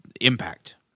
impact